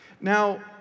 Now